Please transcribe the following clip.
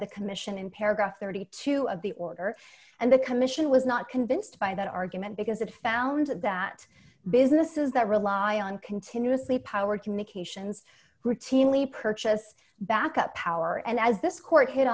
the commission in paragraph thirty two dollars of the order and the commission was not convinced by that argument because it found that business is that rely on continuously powered communications routinely purchase backup power and as this court hit